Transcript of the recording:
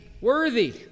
Worthy